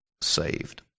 saved